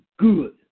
Good